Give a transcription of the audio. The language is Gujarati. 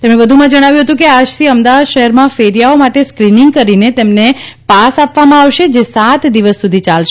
તેમણે વધુમાં જણાવ્યું હતું કે આજથી અમદાવાદ શહેરમાં ફેરીયાઓ માટે સ્ક્રીનીંગ કરીને તેમને પાસ આપવામાં આવશે જે સાત દિવસ સુધી ચાલશે